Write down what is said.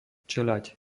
čeľaď